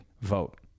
vote